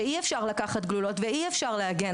כשאי אפשר לקחת גלולות ואי אפשר להגן